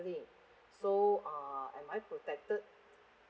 ~ling so uh am I protected